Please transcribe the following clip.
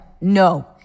no